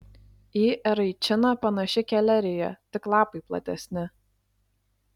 į eraičiną panaši kelerija tik lapai platesni